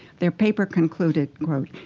their paper concluded. quote,